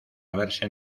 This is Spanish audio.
haberse